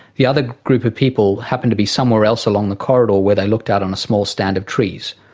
the other group of people happened to be somewhere else along the corridor where they looked out on a small stand of trees.